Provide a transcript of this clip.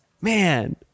man